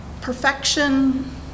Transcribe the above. perfection